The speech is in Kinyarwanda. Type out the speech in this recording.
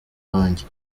banjye